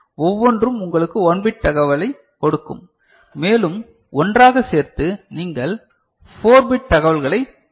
ஒவ்வொன்றும் உங்களுக்கு 1 பிட் தகவலைக் கொடுக்கும் மேலும் ஒன்றாக சேர்த்து நீங்கள் 4 பிட் தகவல்களைப் பெறுவீர்கள்